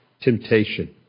temptation